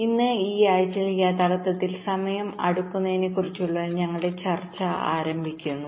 ഇന്ന് ഈ ആഴ്ചയിൽ യഥാർത്ഥത്തിൽ ടൈം ക്ലോഷെറിനെ കുറിച്ചുള്ള ഞങ്ങളുടെ ചർച്ച ഞങ്ങൾ ആരംഭിക്കും